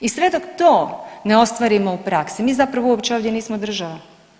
I sve dok to ne ostvarimo u praksi mi zapravo uopće ovdje nismo država.